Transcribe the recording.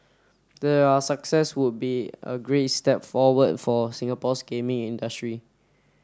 their success would be a great step forward for Singapore's gaming industry